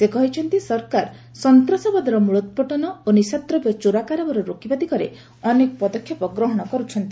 ସେ କହିଛନ୍ତି ସରକାର ସନ୍ତାସବାଦର ମୂଳୋତ୍ପାଟନ ଓ ନିଶାଦ୍ରବ୍ୟ ଚୋରା କାରବାର ରୋକିବା ଦିଗରେ ଅନେକ ପଦକ୍ଷେପ ଗ୍ରହଣ କରୁଛନ୍ତି